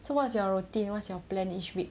so what is your routine what's your plan each week